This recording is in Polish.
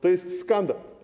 To jest skandal.